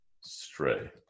stray